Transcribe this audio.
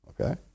Okay